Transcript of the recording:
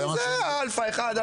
זה "אלפא 1",